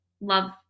love